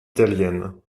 italienne